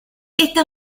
esta